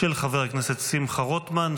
של חבר הכנסת שמחה רוטמן,